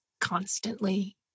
constantly